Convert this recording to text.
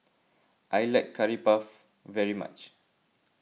I like Curry Puff very much